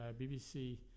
BBC